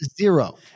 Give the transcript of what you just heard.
Zero